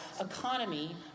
economy